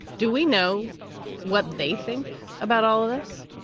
do we know what they think about all of this?